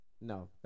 No